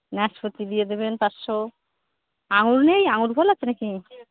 নাশপাতি দিয়ে দেবেন পাঁচশো আঙুর নেই আঙুর ফল আছে না কি